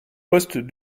poste